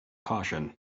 caution